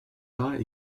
pas